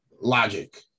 logic